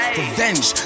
Revenge